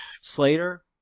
Slater